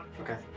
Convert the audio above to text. Okay